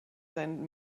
sein